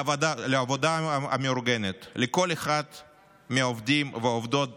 לעבודה המאורגנת, לכל אחד מהעובדים והעובדות